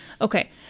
Okay